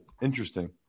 Interesting